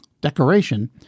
decoration